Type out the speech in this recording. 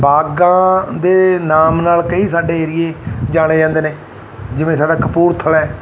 ਬਾਗਾਂ ਦੇ ਨਾਮ ਨਾਲ ਕਈ ਸਾਡੇ ਏਰੀਏ ਜਾਣੇ ਜਾਂਦੇ ਨੇ ਜਿਵੇਂ ਸਾਡਾ ਕਪੂਰਥਲਾ